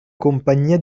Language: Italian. compagnia